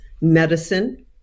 medicine